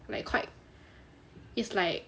like quite it's like